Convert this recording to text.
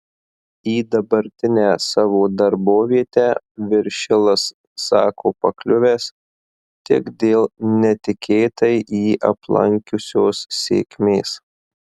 į dabartinę savo darbovietę viršilas sako pakliuvęs tik dėl netikėtai jį aplankiusios sėkmės